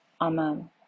Amen